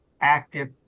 active